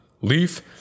Leaf